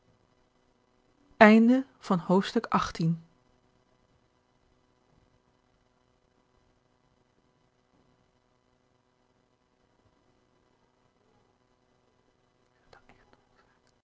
vleugel van het huis